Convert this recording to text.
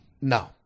No